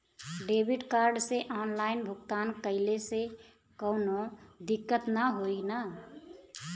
Debit card से online भुगतान कइले से काउनो दिक्कत ना होई न?